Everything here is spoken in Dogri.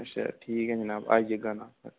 अच्छा ठीक ऐ जनाब आई जाह्गा ना पर